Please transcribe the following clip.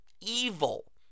evil